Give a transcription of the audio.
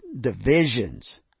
divisions